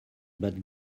but